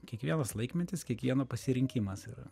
kiekvienas laikmetis kiekvieno pasirinkimas yra